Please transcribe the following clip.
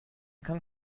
kann